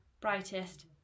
brightest